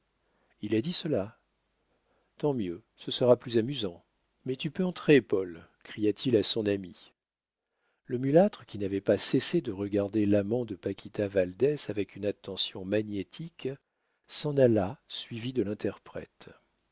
il a dit cela tant mieux ce sera plus amusant mais tu peux entrer paul cria-t-il à son ami le mulâtre qui n'avait pas cessé de regarder l'amant de paquita valdès avec une attention magnétique s'en alla suivi de l'interprète